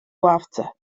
ławce